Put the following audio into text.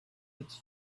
its